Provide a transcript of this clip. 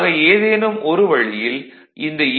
ஆக ஏதேனும் ஒரு வழியில் இந்த ஏ